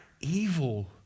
evil